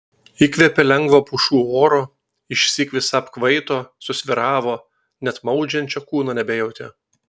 įkvėpė lengvo pušų oro išsyk visa apkvaito susvyravo net maudžiančio kūno nebejautė